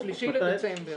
3 בדצמבר.